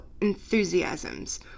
enthusiasms